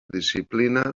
disciplina